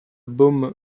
baume